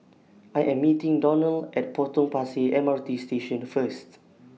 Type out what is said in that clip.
I Am meeting Donell At Potong Pasir M R T Station First